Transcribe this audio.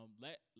Let